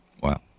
Wow